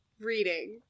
reading